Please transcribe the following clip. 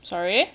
sorry